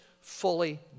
fully